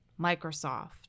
Microsoft